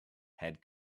had